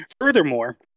Furthermore